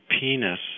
penis